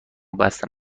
بستم